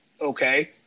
okay